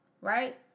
right